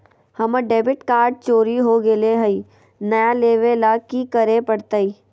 हमर debit card चोरी हो गेले हई, नया लेवे ल की करे पड़तई?